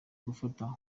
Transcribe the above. gufasha